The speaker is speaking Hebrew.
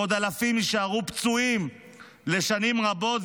ועוד אלפים יישארו פצועים לשנים רבות,